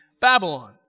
Babylon